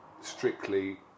strictly